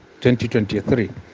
2023